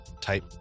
type